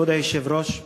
כבוד היושב-ראש,